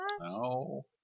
No